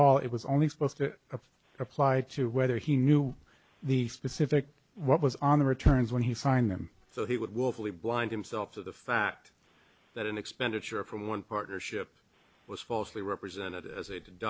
all it was only supposed to apply to whether he knew the specific what was on the returns when he find them so he would willfully blind himself to the fact that an expenditure from one partnership was falsely represented as a